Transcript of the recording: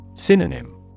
Synonym